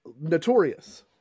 Notorious